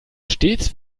stets